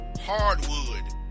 hardwood